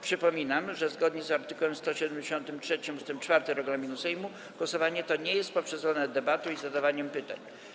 Przypominam, że zgodnie z art. 173 ust. 4 regulaminu Sejmu głosowanie to nie jest poprzedzone debatą ani zadawaniem pytań.